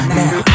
now